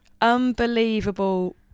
unbelievable